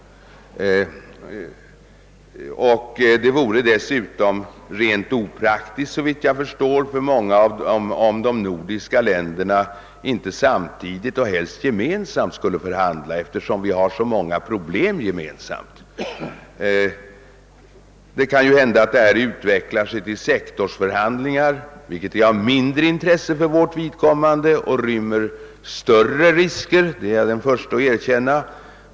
Det vore dessutom ur många synpunkter rent opraktiskt, såvitt jag förstår, om de nordiska länderna inte samtidigt och helst gemen samt skulle förhandla, eftersom vi har så många problem gemensamma. Det kan ju hända att det blir fråga om sektorsförhandlingar, vilket visserligen är av mindre intresse för vårt vidkommande och rymmer större risker — det är jag den förste att erkänna.